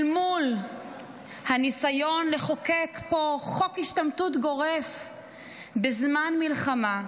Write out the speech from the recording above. אל מול הניסיון לחוקק פה חוק השתמטות גורף בזמן מלחמה,